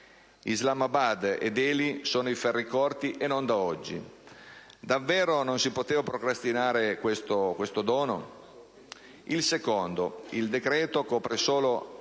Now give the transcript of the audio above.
Islamabad e Delhi sono ai ferri corti, e non da oggi. Davvero non si poteva procrastinare questo dono? Il secondo punto è il